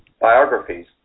biographies